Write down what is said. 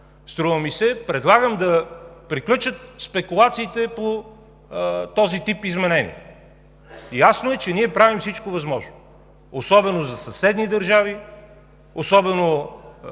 струва ми се, предлагам да приключат спекулациите по този тип изменения. Ние правим всичко възможно – особено за съседни държави, особено